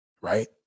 right